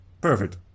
perfect